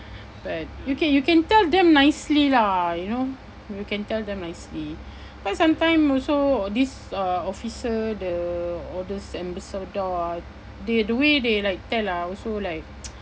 but you can you can tell them nicely lah you know you can tell them nicely but sometime also this uh officer the all those ambassador ah they the way they like tell ah also like